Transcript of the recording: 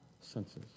senses